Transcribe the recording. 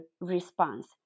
response